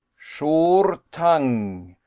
sure tang.